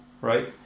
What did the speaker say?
right